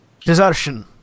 Desertion